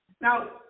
Now